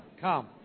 come